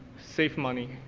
save money.